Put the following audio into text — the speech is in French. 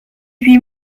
huit